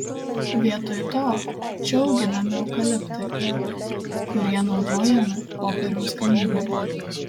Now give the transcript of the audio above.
vietoj to čia auginami eukaliptai kurie naudojami popieriaus gamybai